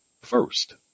first